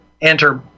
enter